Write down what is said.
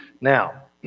Now